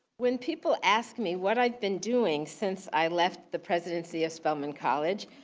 when people ask me what i've been doing since i left the presidency of spellman college,